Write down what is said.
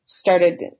started